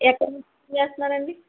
ఎక్కడ నుంచి చేస్తున్నారు అండి